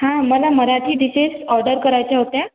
हां मला Marathi dishes order करायच्या होत्या